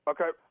Okay